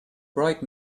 bright